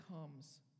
comes